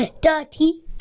dirty